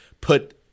put